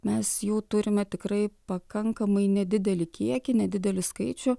mes jų turime tikrai pakankamai nedidelį kiekį nedidelį skaičių